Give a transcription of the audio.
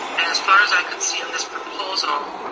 and as far as i could see in this proposal,